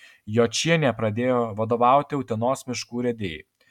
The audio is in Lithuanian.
jočienė pradėjo vadovauti utenos miškų urėdijai